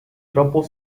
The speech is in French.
drapeau